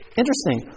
interesting